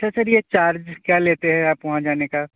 اچھا سر یہ چارج کیا لیتے ہیں آپ وہاں جانے کا